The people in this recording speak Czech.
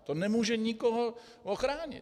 To nemůže nikoho ochránit!